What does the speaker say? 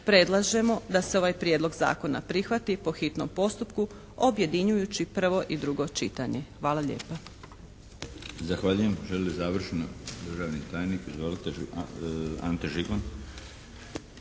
predlažemo da se ovaj Prijedlog zakona prihvati po hitnom postupku objedinjujući prvo i drugo čitanje. Hvala lijepa.